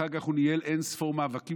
אחר כך הוא ניהל אין-ספור מאבקים,